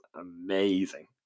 amazing